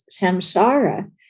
samsara